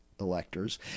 electors